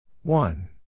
One